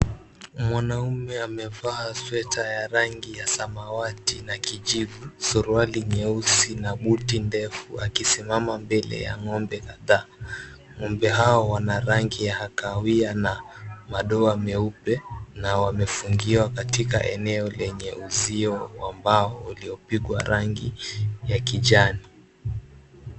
Mwanamme amevaa sweta ya rangi ya samawati na kijivu, suruali nyeusi na buti ndefu, akisimama mbele ya ng’ombe kadhaa. Ng’ombe hawa wana rangi ya kahawia na madoa meupe, na wamefungiwa katika eneo lenye uzio wa mbao uliopigwa rangi ya kijani.